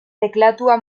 teklatua